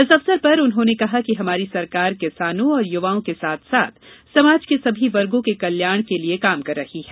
इस अवसर पर उन्होंने कहा कि हमारी सरकार किसानों और युवाओं के साथ साथ समाज के सभी वर्गो के कल्याण के लिये काम कर रही है